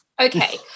okay